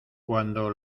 cuando